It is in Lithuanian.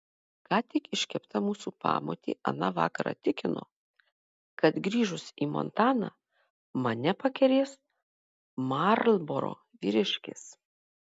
ką tik iškepta mūsų pamotė aną vakarą tikino kad grįžus į montaną mane pakerės marlboro vyriškis